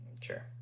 Sure